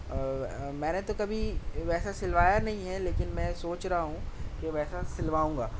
میں نے تو کبھی ویسا سلوایا نہیں ہے لیکن میں سوچ رہا ہوں کہ ویسا سلواؤں گا